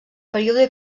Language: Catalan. període